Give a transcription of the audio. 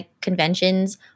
conventions